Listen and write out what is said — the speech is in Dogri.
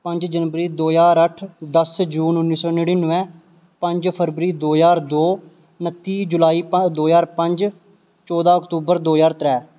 पंज जनवरी दो ज्हार अट्ठ दस्स जून उन्नी सौ नड़ीनवैं पंज फरवरी दो ज्हार दो नत्ती जुलाई दौ ज्हार पंज चौदां अक्तुबर दो ज्हार त्रैऽ